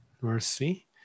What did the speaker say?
mercy